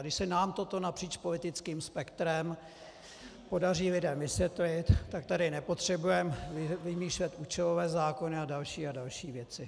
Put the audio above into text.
Když se nám toto napříč politickým spektrem podaří lidem vysvětlit, tak tady nepotřebujeme vymýšlet účelové zákony a další a další věci.